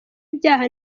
ibyaha